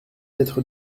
être